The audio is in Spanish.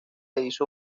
hizo